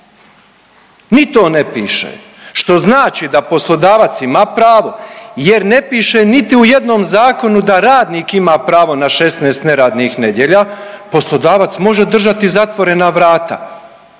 Ni to ne piše, što znači da poslodavac ima pravo jer ne piše niti u jednom zakonu da radnik ima pravo na 16 neradnih nedjelja, poslodavac može držati zatvorena vrata,